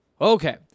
Okay